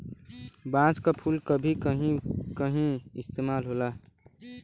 बांस क फुल क भी कहीं कहीं इस्तेमाल होला